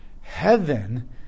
Heaven